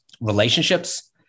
relationships